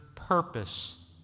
purpose